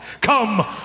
come